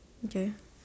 okay